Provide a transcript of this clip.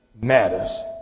matters